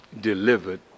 delivered